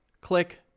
Click